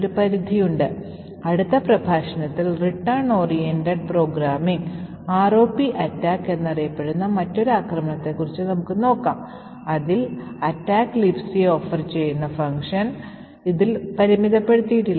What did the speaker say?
ഈ നിർദ്ദിഷ്ട പ്രോഗ്രാമിലാണ് നിങ്ങൾ കാനറികൾ പ്രവർത്തനക്ഷമമാക്കാതെ ഇത് കംപൈൽ ചെയ്തത് എന്ന് കരുതുക ഉദാഹരണത്തിന് Compilation സമയത്ത് fno stack protector canaries option ഉപയോഗിക്കുന്നു